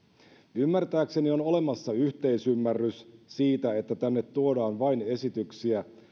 ymmärtääkseni on olemassa yhteisymmärrys siitä että tänne tuodaan vain esityksiä